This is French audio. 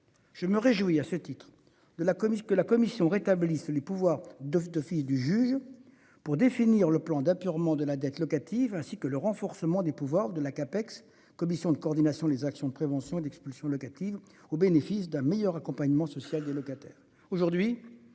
Je me réjouis à ce titre de la commune que la Commission rétablisse les pouvoirs de d'du juge. Pour définir le plan d'apurement de la dette locative ainsi que le renforcement des pouvoirs de la CAPEX, ex-commission de coordination des actions de prévention d'expulsion locative au bénéfice d'un meilleur accompagnement social des locataires aujourd'hui